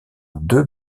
deux